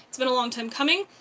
it's been a long time coming.